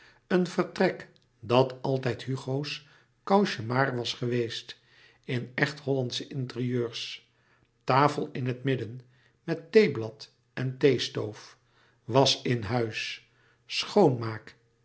een vertrek dat altijd hugo's cauchemar was geweest in echt hollandsche intérieurs tafel in het midden met theeblad en theestoof wasch in huis schoonmaak